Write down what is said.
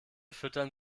füttern